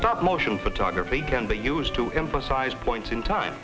stop motion photography can be used to emphasize points in time